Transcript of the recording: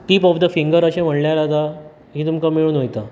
tip of the finger अशें म्हणल्यार जाता ही तुमकां मेळुन वयता